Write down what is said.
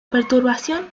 perturbación